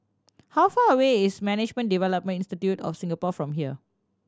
how far away is Management Development Institute of Singapore from here